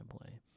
play